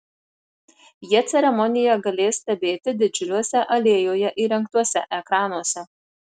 jie ceremoniją galės stebėti didžiuliuose alėjoje įrengtuose ekranuose